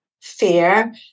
fear